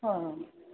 ꯑꯣ